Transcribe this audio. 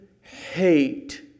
hate